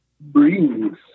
brings